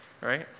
Right